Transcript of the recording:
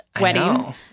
wedding